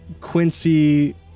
quincy